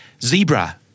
Zebra